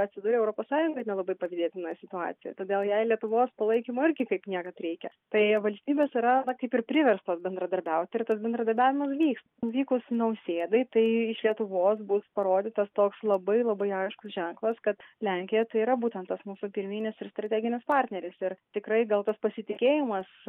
atsidūrė europos sąjungoj nelabai pavydėtinoj situacijoj todėl jai lietuvos palaikymo irgi kaip niekad reikia tai valstybės yra na kaip ir priverstos bendradarbiauti ir tas bendradarbiavimas vyks nuvykus nausėdai tai iš lietuvos bus parodytas toks labai labai aiškus ženklas kad lenkija tai yra būtent tas mūsų pirminis ir strateginis partneris ir tikrai gal tas pasitikėjimas